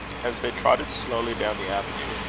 as they trotted slowly down the avenue,